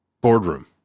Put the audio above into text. boardroom